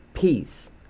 peace